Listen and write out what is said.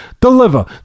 deliver